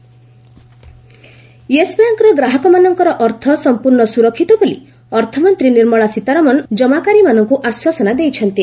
Yes Bank FM Yes ବ୍ୟାଙ୍କ୍ର ଗ୍ରାହକମାନଙ୍କର ଅର୍ଥ ସମ୍ପର୍ଶ୍ଣ ସୁରକ୍ଷିତ ବୋଲି ଅର୍ଥମନ୍ତ୍ରୀ ନିର୍ମଳା ସୀତାରମଣ ଜମାକାରୀମାନଙ୍କୁ ଆଶ୍ୱାସନା ଦେଇଛନ୍ତି